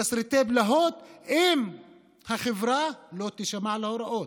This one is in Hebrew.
תסריטי בלהות אם החברה לא תישמע להוראות,